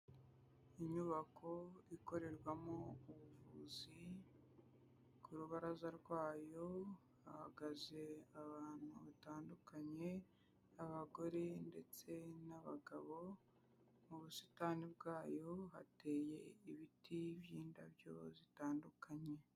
Inyubako ikorerwamo ubuvuzi, ku rubaraza rwayo hahagaze abantu batandukanye, abagore ndetse n'abagabo, mu busitani bwayo hateye ibiti by'indabyo zitandukanye.